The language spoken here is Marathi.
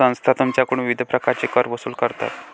संस्था तुमच्याकडून विविध प्रकारचे कर वसूल करतात